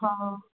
ਹਾਂ